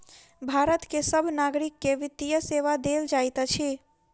भारत के सभ नागरिक के वित्तीय सेवा देल जाइत अछि